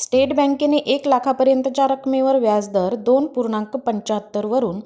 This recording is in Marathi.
स्टेट बँकेने एक लाखापर्यंतच्या रकमेवर व्याजदर दोन पूर्णांक पंच्याहत्तर वरून